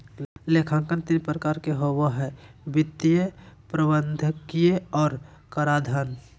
लेखांकन तीन प्रकार के होबो हइ वित्तीय, प्रबंधकीय और कराधान